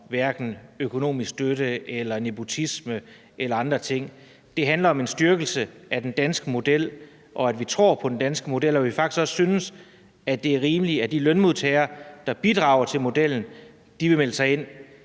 hverken om økonomisk støtte, nepotisme eller andre ting. Det handler om en styrkelse af den danske model, at vi tror på den danske model, og at vi faktisk også synes, at det er rimeligt, at de lønmodtagere, der bidrager til modellen, kan melde sig ind.